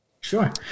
Sure